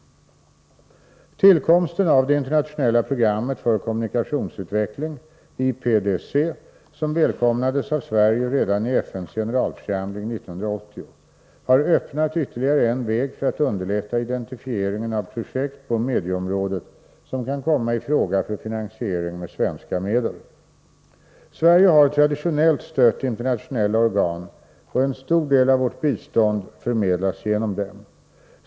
Tillkomsten av det internationella programmet för kommunikationsutveckling, IPDC, som välkomnades av Sverige redan i FN:s generalförsamling 1980, har öppnat ytterligare en väg för att underlätta identifieringen av projekt på medieområdet som kan komma i fråga för finansieringen med svenska medel. Sverige har traditionellt stött internationella organ, och en stor del av vårt bistånd förmedlas genom dem.